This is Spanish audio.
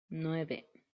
nueve